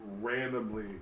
randomly